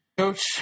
Coach